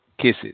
kisses